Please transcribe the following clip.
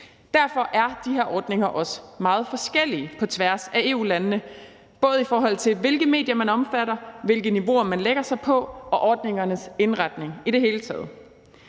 Derfor er de her ordninger også meget forskellige på tværs af EU-landene, både i forhold til hvilke medier man omfatter, hvilke niveauer man lægger sig på og ordningernes indretning i det hele taget.